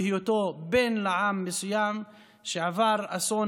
בהיותו בן לעם מסוים שעבר אסון,